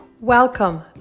Welcome